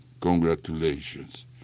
Congratulations